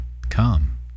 come